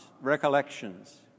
recollections